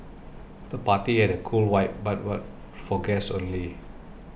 the party had a cool vibe but was for guests only